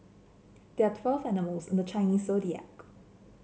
there are twelve animals in the Chinese Zodiac